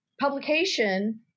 publication